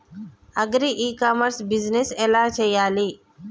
Agri e commerce business ఎలా చెయ్యాలి?